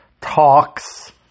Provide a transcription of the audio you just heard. talks